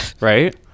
right